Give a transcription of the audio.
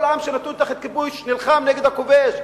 כל עם שנתון תחת כיבוש נלחם נגד הכובש.